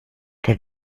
der